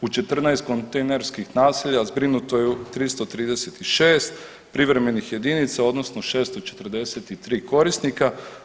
U 14 kontejnerskih naselja zbrinuto je 336 privremenih jedinica odnosno 643 korisnika.